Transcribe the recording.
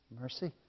mercy